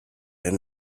and